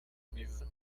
mesa